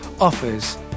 offers